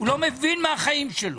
הוא לא מבין מהחיים שלו.